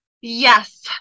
Yes